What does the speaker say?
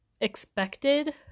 expected